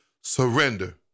surrender